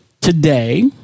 today